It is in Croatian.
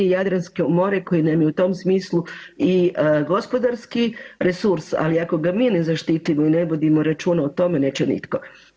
Jadransko more koje nam je u tom smislu i gospodarski resurs, ali ako ga mi ne zaštitimo i ne vodimo računa o tome, neće nitko.